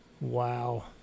Wow